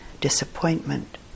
disappointment